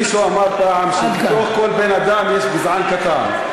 מישהו אמר פעם שבתוך כל בן-אדם יש גזען קטן.